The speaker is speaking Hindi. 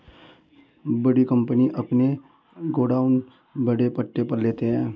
बड़ी कंपनियां अपने गोडाउन भाड़े पट्टे पर लेते हैं